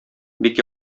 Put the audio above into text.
бик